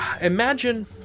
Imagine